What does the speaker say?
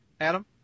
Adam